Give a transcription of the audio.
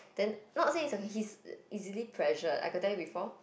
then not say he's he's easily pressured I got tell you before